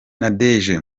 nadege